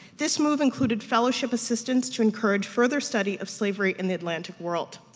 this move included fellowship assistance to encourage further study of slavery in the atlantic world.